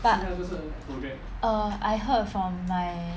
but err I heard from my